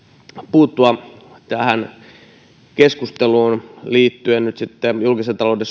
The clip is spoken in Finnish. puuttua tähän keskusteluun liittyen julkisen talouden